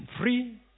free